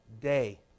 day